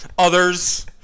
Others